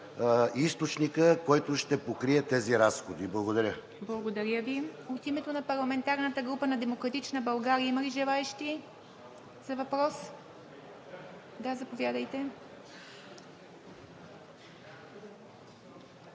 източника, който ще покрие тези разходи. ПРЕДСЕДАТЕЛ ИВА МИТЕВА: Благодаря Ви. От името на парламентарната група на „Демократична България“ има ли желаещи за въпрос? Заповядайте.